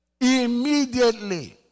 Immediately